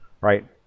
right